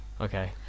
Okay